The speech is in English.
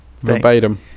verbatim